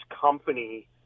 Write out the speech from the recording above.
company